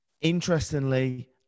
Interestingly